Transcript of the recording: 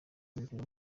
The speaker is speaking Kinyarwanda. w’umupira